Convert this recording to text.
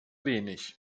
wenig